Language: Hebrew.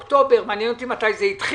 באוקטובר ממש מעניין אותי ממש זה התחיל?